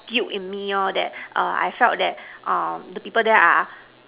guilt in me lor that err I felt that err the people there are